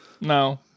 No